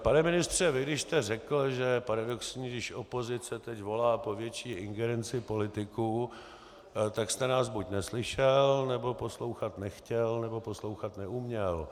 Pane ministře, když jste řekl, že je paradoxní, když opozice teď volá po větší ingerenci politiků, tak jste nás buď neslyšel, nebo poslouchat nechtěl, nebo poslouchat neuměl.